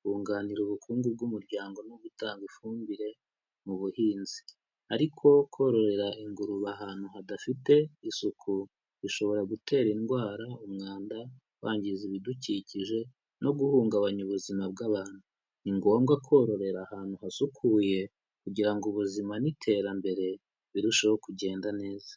kunganira ubukungu bw'umuryango no gutanga ifumbire, mu buhinzi. Ariko kororera ingurube ahantu hadafite isuku, bishobora gutera indwara, umwanda, kwangiza ibidukikije, no guhungabanya ubuzima bw'abantu. Ni ngombwa kororera ahantu hasukuye, kugira ngo ubuzima n'iterambere, birusheho kugenda neza.